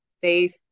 safe